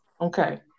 Okay